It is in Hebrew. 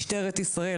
משטרת ישראל,